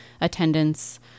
attendance